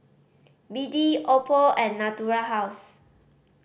B D Oppo and Natura House